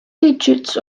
digits